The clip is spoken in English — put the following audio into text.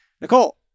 Nicole